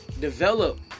develop